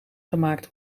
gemaakt